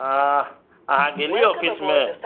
अहाँ गेली ऑफिस मे